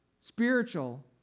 spiritual